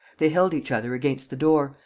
they held each other against the door,